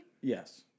Yes